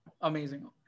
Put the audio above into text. Amazing